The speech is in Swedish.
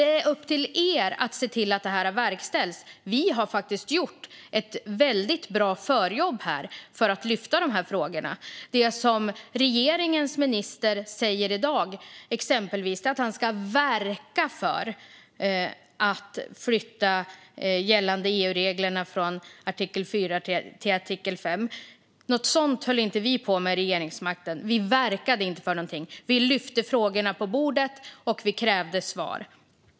Det är upp till er att se till att detta verkställs. Vi har faktiskt gjort ett väldigt bra förarbete här för att lyfta fram dessa frågor. Det som regeringens minister exempelvis säger i dag är att han ska verka för att flytta gällande EU-regler från artikel 4 till artikel 5. Något sådant höll inte vi på med när vi hade regeringsmakten. Vi verkade inte för någonting, utan vi lyfte upp frågorna på bordet och krävde svar.